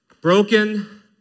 broken